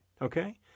Okay